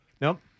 Nope